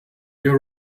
ihr